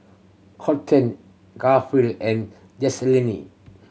Colten Garfield and Jaslene